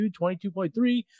22.3